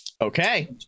Okay